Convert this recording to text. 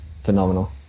phenomenal